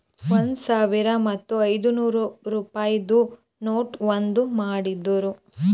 ಒಂದ್ ಸಾವಿರ ಮತ್ತ ಐಯ್ದನೂರ್ ರುಪಾಯಿದು ನೋಟ್ ಬಂದ್ ಮಾಡಿರೂ